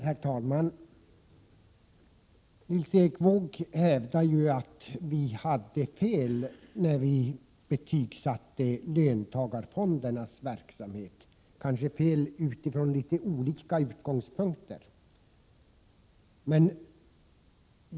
Herr talman! Nils Erik Wååg hävdar att vi hade fel när vi betygsatte löntagarfondernas verksamhet, fast kanske från något olika utgångspunkter.